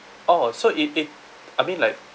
oh so it it I mean like